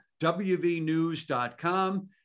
WVnews.com